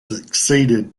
succeeded